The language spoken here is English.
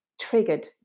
triggered